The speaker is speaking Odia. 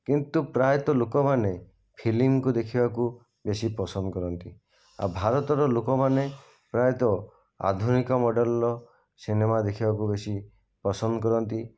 କିନ୍ତୁ ପ୍ରାୟତଃ ଲୋକମାନେ ଫିଲ୍ମକୁ ଦେଖିବାକୁ ବେଶୀ ପସନ୍ଦ କରନ୍ତି ଆଉ ଭାରତର ଲୋକମାନେ ପ୍ରାୟତଃ ଆଧୁନିକ ମଡ଼େଲ୍ର ସିନେମା ଦେଖିବାକୁ ବେଶୀ ପସନ୍ଦ କରନ୍ତି